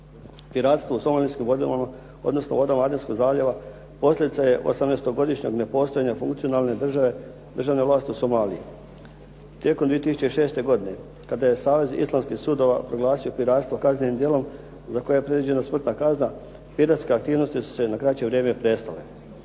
Piratstvo u somalijskim vodama, odnosno vodama … /Govornik se ne razumije./ … zaljeva posljedica je osamnaestogodišnjeg nepostojanja funkcionalne državne vlasti u Somaliji. Tijekom 2006. godine kada je savez islamskih sudova proglasio piratstvo kaznenim djelom za kojeg je predviđena smrtna kazna, piratske aktivnosti su na kraće vrijeme prestale.